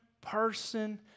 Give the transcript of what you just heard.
person